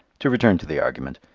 to return to the argument.